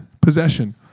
possession